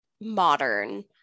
modern